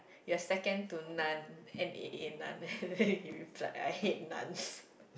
you are second to naan and I ate naan you replied I hate naan